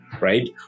right